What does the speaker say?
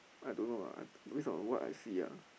I don't know ah based on what I see ah